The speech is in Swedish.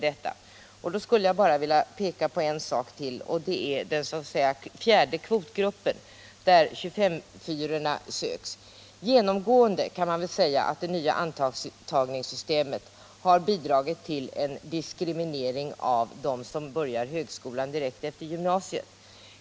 Jag skulle bara vilja peka på en sak till, och det är den s.k. fjärde kvotgruppen, där 25:4-orna söker. Man kan säga att det nya antagnings systemet genomgående har bidragit till en diskriminering av dem som börjar högskolan direkt efter gymnasiet.